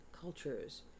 cultures